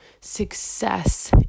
Success